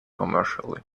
commercially